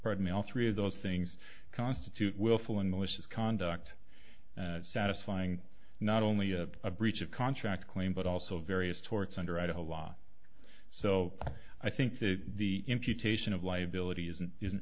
pardon me all three of those things constitute willful and malicious conduct satisfying not only a breach of contract claim but also various torts under idaho law so i think the the imputation of liability isn't isn't